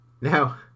Now